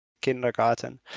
kindergarten